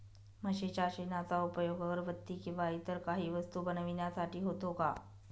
म्हशीच्या शेणाचा उपयोग अगरबत्ती किंवा इतर काही वस्तू बनविण्यासाठी होतो का?